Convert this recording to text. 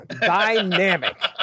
Dynamic